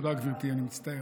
אז, תודה, גבירתי, אני מצטער.